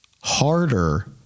harder